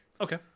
Okay